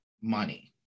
money